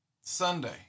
Sunday